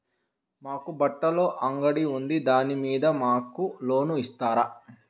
మాకు బట్టలు అంగడి ఉంది దాని మీద మాకు లోను ఇస్తారా